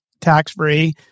tax-free